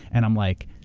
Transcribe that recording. and i'm like,